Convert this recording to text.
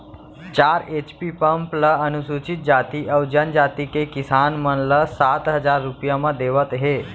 चार HP pump ल अनुसूचित जाति अउ जनजाति के किसान मन ल सात हजार रूपिया म देवत हे